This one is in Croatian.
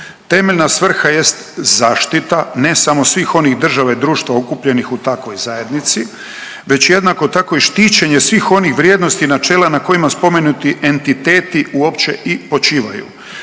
temeljna svrha jest zaštita, ne samo svih onih država i okupljenih u takvoj zajednici, već i jednako tako, štićenje svih onih vrijednosti i načela na kojima spomenuti entitetu uopće i počivaju,